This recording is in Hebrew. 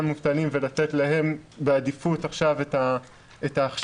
מובטלים ולתת להם בעדיפות עכשיו את ההכשרות.